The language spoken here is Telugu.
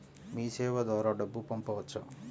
మీసేవ ద్వారా డబ్బు పంపవచ్చా?